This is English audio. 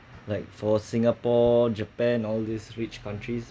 like for singapore japan all these rich countries